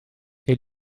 wir